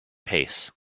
pace